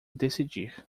decidir